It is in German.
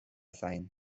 sein